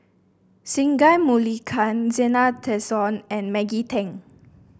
Singai Zena Tessensohn and Maggie Teng